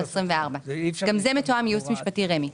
2024. גם זה מתואם עם ייעוץ משפטי רמ"י.